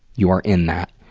you are in that.